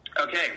Okay